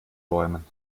bäumen